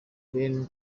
ben